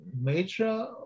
major